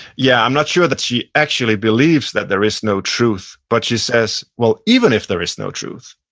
yeah, i'm not sure that she actually believes that there is no truth, but she says, well even if there is no truth.